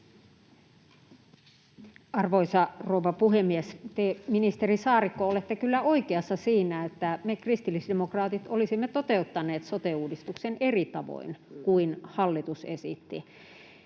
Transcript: Arvoisa rouva puhemies! Te, ministeri Saarikko, olette kyllä oikeassa siinä, että me kristillisdemokraatit olisimme toteuttaneet sote-uudistuksen eri tavoin kuin hallitus esitti